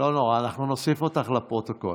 לא נורא, נוסיף אותך לפרוטוקול.